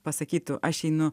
pasakytų aš einu